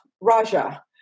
Raja